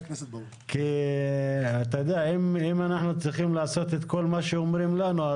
אם אנחנו צריכים לעשות את כל מה שאומרים לנו,